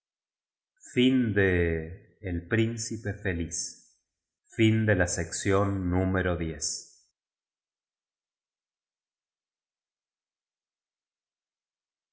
el príncipe feliz